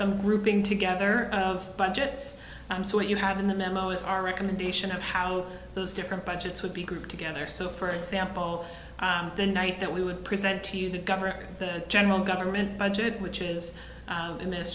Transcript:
some grouping together of budgets so what you have in the memo is our recommendation of how those different budgets would be grouped together so for example the night that we would present to you the governor general government budget which is in this